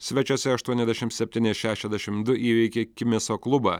svečiuose aštuoniasdešim septyni šešiasdešim du įveikė kimiso klubą